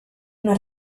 una